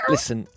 Listen